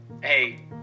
Hey